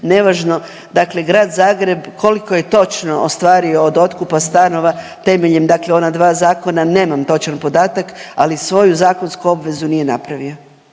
nevažno. Dakle, grad Zagreb koliko je točno ostvario od otkupa stanova temeljem, dakle ona dva zakona nemam točan podatak ali svoju zakonsku obvezu nije napravio.